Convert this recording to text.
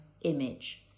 image